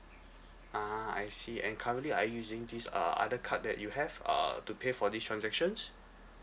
ah I see and currently are you using this uh other card that you have uh to pay for these transactions